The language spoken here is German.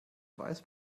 weiß